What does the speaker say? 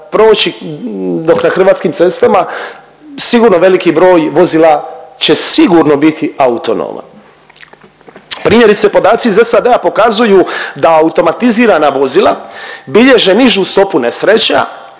proći dok na hrvatskim cestama sigurno veliki broj vozila će sigurno biti autonoman. Primjerice, podaci iz SAD-a pokazuju da automatizirana vozila bilježe nizu stopu nesreća